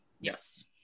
Yes